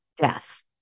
death